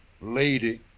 lady